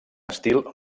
estil